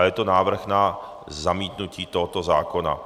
Je to návrh na zamítnutí tohoto zákona.